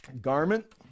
garment